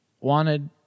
wanted